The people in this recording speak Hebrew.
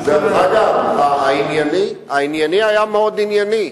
אגב, הענייני היה מאוד ענייני.